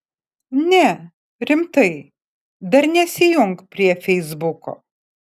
ne rimtai dar nesijunk prie feisbuko